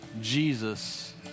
Jesus